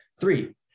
Three